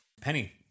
Penny